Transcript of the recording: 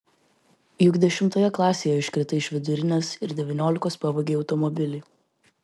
juk dešimtoje klasėje iškritai iš vidurinės ir devyniolikos pavogei automobilį